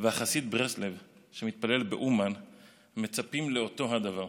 וחסיד ברסלב שמתפלל באומן מצפים לאותו הדבר.